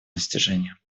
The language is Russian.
достижение